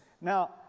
Now